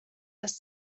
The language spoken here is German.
das